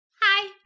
Hi